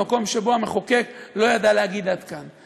במקום שבו המחוקק לא ידע להגיד: עד כאן.